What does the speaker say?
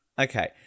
Okay